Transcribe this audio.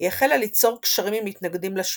היא החלה ליצור קשרים עם מתנגדים לשלטון,